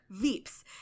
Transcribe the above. Veeps